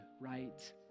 right